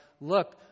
look